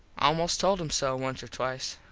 almost told him so once or twice.